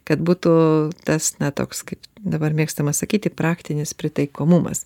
kad būtų tas na toks kaip dabar mėgstama sakyti praktinis pritaikomumas